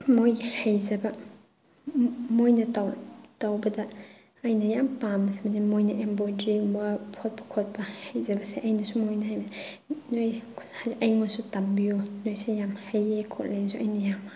ꯃꯣꯏꯒꯤ ꯍꯩꯖꯕ ꯃꯣꯏꯅ ꯇꯧꯕꯗ ꯑꯩꯅ ꯌꯥꯝ ꯄꯥꯝꯕꯁꯦ ꯍꯥꯏꯗꯤ ꯃꯣꯏꯅ ꯏꯝꯕꯣꯏꯗ꯭ꯔꯤꯒꯨꯝꯕ ꯐꯣꯠꯄ ꯈꯣꯠꯄ ꯍꯩꯖꯕꯁꯦ ꯑꯩꯅꯁꯨ ꯃꯣꯏꯗ ꯍꯥꯏꯕꯁꯦ ꯅꯣꯏ ꯑꯩꯉꯣꯟꯗꯁꯨ ꯇꯝꯕꯤꯌꯨ ꯅꯣꯏꯁꯦ ꯌꯥꯝ ꯍꯩꯌꯦ ꯈꯣꯠꯂꯦꯅꯁꯨ ꯑꯩꯅ ꯌꯥꯝ